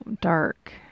dark